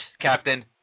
Captain